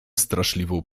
straszliwą